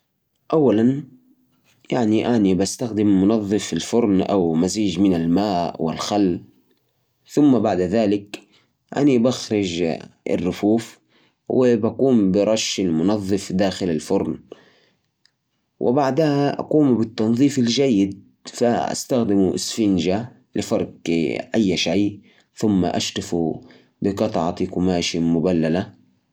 عشان تنظف الفرن، أول شيء، طفّيه، وإتركه يبرد. بعدين، استخدم خليط من بيكربونات الصوديوم مع موية. وحطه على الأوساخ. اتركه لساعة. بعدين، امسح السطح بقطعة قماش رطبة أو إسفنجة. إذا فيه بقع عنيدة، استخدم معه ملح وموية.